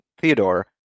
Theodore